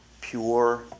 pure